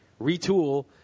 retool